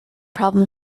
problem